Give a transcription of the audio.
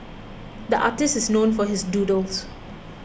the artist is known for his doodles